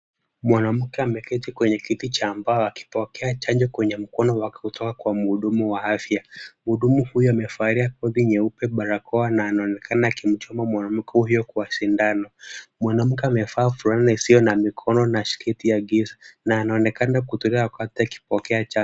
Mwanamke ameketi kwenye kiti cha mbao akipokea chanjo kwenye mkono wake kutoka kwa mhudumu wa afya. Mhudumu huyu amevalia koti nyeupe, barakoa na anaonekana akimchoma mwanamke huyo kwa sindano. Mwanamke amevaa fulana isiyo na mikono na sketi ya giza na anaonekana kutulia wakati akipokea chanjo.